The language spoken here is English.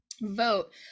vote